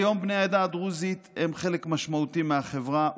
כיום בני העדה הדרוזית הם חלק משמעותי מהחברה,